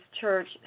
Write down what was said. church